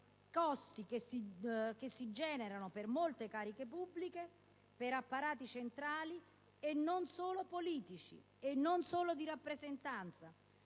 costi che si generano per molte cariche pubbliche e per apparati centrali, non solo politici e di rappresentanza.